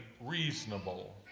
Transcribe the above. reasonable